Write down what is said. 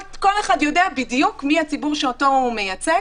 כל אחד יודע בדיוק מי הציבור שאותו הוא מייצג,